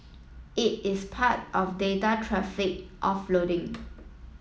it is part of data traffic offloading